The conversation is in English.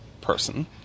person